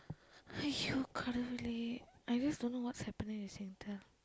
!aiyo! கடவுளே:kadavulee I just don't know what's happening with Singtel